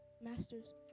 masters